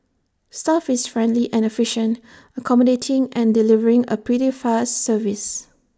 staff is friendly and efficient accommodating and delivering A pretty fast service